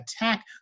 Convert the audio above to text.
attack